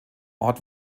ort